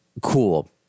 cool